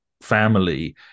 family